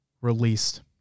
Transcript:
released